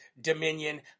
Dominion